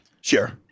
sure